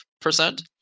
percent